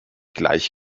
gleich